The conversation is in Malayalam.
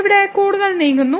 ഇവിടെ കൂടുതൽ നീങ്ങുന്നു